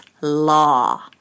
law